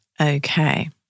okay